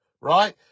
right